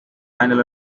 final